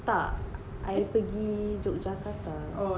tak I pergi jogjakarta